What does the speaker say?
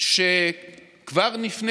עמדתי בראש ועדה של ארבעה שרים שמונתה כבר לפני